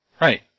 Right